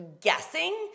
guessing